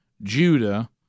judah